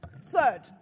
third